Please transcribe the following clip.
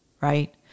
right